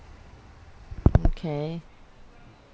okay